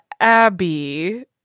Abby